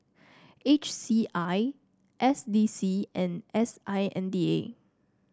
H C I S D C and S I N D A